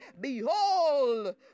Behold